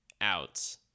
out